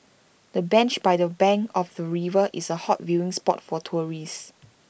the bench by the bank of the river is A hot viewing spot for tourists